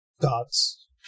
gods